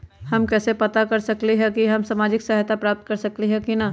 हम कैसे पता कर सकली ह की हम सामाजिक सहायता प्राप्त कर सकली ह की न?